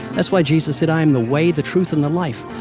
that's why jesus said, i am the way, the truth, and the life.